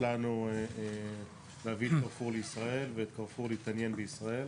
לנו להביא את 'קרפור' לישראל ואת 'קרפור' להתעניין בישראל,